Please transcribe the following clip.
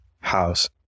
house